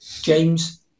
James